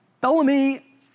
Bellamy